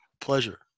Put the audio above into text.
Pleasure